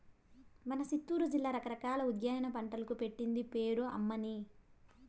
మన సిత్తూరు జిల్లా రకరకాల ఉద్యాన పంటలకు పెట్టింది పేరు అమ్మన్నీ